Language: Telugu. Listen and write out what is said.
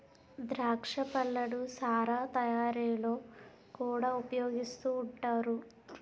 ద్రాక్ష పళ్ళను సారా తయారీలో కూడా ఉపయోగిస్తూ ఉంటారు